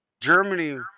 Germany